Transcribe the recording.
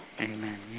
Amen